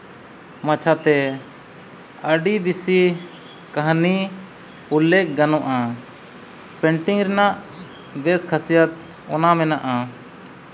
ᱢᱟᱪᱷᱟ ᱛᱮ ᱟᱹᱰᱤ ᱵᱮᱹᱥᱤ ᱠᱟᱹᱦᱱᱤ ᱩᱞᱞᱮᱹᱠᱷ ᱜᱟᱱᱚᱜᱼᱟ ᱯᱮᱹᱱᱴᱤᱝ ᱨᱮᱭᱟᱜ ᱵᱮᱹᱥ ᱦᱟᱹᱥᱤᱭᱟᱹᱛ ᱚᱱᱟ ᱢᱮᱱᱟᱜᱼᱟ